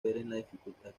dificultad